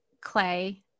Clay